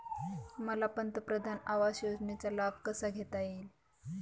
मला पंतप्रधान आवास योजनेचा लाभ कसा घेता येईल?